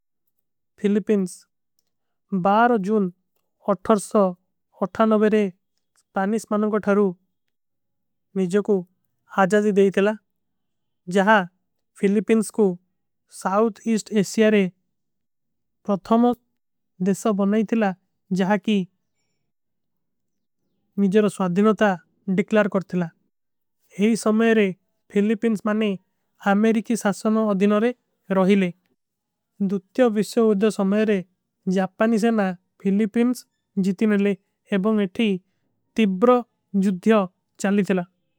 ଫିଲିପିନ୍ସ ବାର ଜୁନ ଅଠର ସୋ ଅଠା ନଵେରେ ସ୍ପାନିସ ମାନୋଂ କୋ ଧାରୂ। ମିଝେ କୋ ଆଜାଜୀ ଦେଈ ଥେଲା ଜହାଁ ଫିଲିପିନ୍ସ କୋ ସାଊଥ ଇସ୍ଟ। ଏସିଯାରେ ପ୍ରଧମୋତ ଦେଶା ବନନେ ଥେଲା ଜହାଁ କୀ। ମିଝେ ରୋ ସ୍ଵାଧିନତା ଡିକଲାର କର ଥେଲା ହୀ। ସମଯରେ ଫିଲିପିନ୍ସ ମାନେ ଅମେରିକୀ ସାସନୋଂ ଅଧିନରେ ରହିଲେ ଦୁତ୍ଯୋ। ଵିଶ୍ଯୋ ଉଧ୍ଯୋ ସମଯରେ ଜାପାନୀ ସେନା ଫିଲିପିନ୍ସ। ଜିତିନଲେ ଏବଂଗ ଏଠୀ ତିବ୍ରୋ ଜୁଧ୍ଯୋ ଚାଲୀ ଥେଲା।